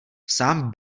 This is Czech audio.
sám